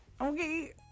Okay